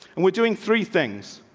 and we're doing three things.